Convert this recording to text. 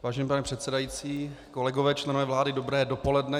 Vážený pane předsedající, kolegové, členové vlády, dobré dopoledne.